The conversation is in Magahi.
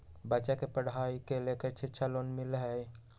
बच्चा के पढ़ाई के लेर शिक्षा लोन मिलहई?